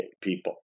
people